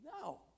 No